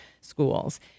schools